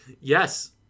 yes